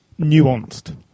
nuanced